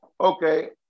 okay